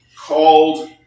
called